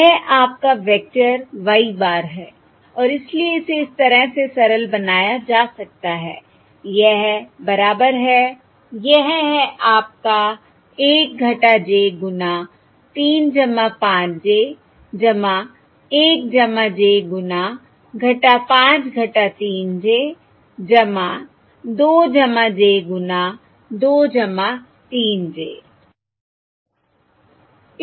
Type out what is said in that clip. यह आपका vector y bar है और इसलिए इसे इस तरह से सरल बनाया जा सकता है यह बराबर है यह है आपका 1 - j गुना 3 5 j 1 j गुना 5 - 3 j 2 j गुना 2 3 j